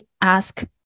ask